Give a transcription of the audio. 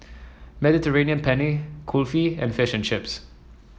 Mediterranean Penne Kulfi and Fish Chips